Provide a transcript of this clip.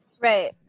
Right